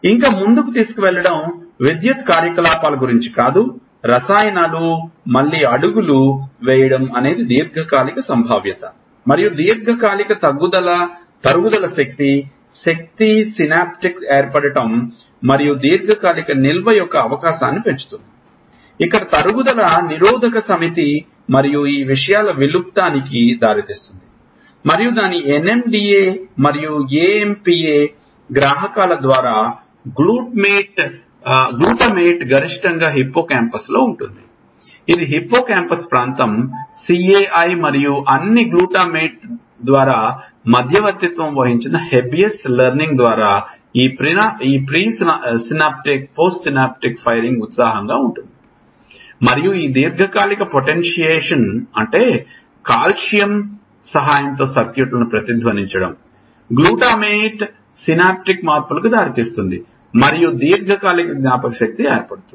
ఇంకా ముందుకు తీసుకెళ్లడం విద్యుత్ కార్యకలాపాల గురించి కాదు రసాయనాలు మళ్లీ అడుగులు వేయడం అనేది దీర్ఘకాలిక సంభావ్యత మరియు దీర్ఘకాలిక తరుగుదల శక్తి శక్తి సినాప్టిక్ ఏర్పడటం మరియు దీర్ఘకాలిక నిల్వ యొక్క అవకాశాన్ని పెంచుతుంది ఇక్కడ తరుగుదల నిరోధక సమితి మరియు ఈ విషయాల విలుప్తానికి దారితీస్తుంది మరియు దాని NMDA మరియు AMPA గ్రాహకాల ద్వారా గ్లూటామేట్ గరిష్టంగా హిప్పోకాంపస్లో ఉంటుంది ఇది హిప్పోకాంపస్ ప్రాంతం CA1 మరియు అన్నీగ్లూటామేట్ ద్వారా మధ్యవర్తిత్వం వహించిన హెబ్బియన్ లెర్నింగ్ ద్వారా ఈ ప్రిస్నాప్టిక్ పోస్ట్నాప్టిక్ ఫైరింగ్ ఉత్సాహంగా ఉంటుంది మరియు ఈ దీర్ఘకాలిక పొటెన్షియేషన్ అంటే కాల్షియం సహాయంతో సర్క్యూట్లను ప్రతిధ్వనించడం గ్లూటామేట్ సినాప్టిక్ మార్పులకు దారితీస్తుంది మరియు దీర్ఘకాలిక జ్ఞాపకశక్తి ఏర్పడుతుంది